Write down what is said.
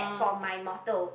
for my motal